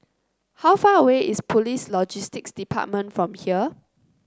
how far away is Police Logistics Department from here